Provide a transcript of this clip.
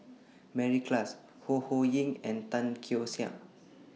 Mary Klass Ho Ho Ying and Tan Keong Saik